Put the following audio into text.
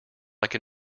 like